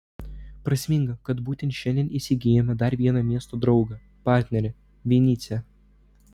prasminga kad būtent šiandien įsigijome dar vieną miesto draugą partnerį vinycią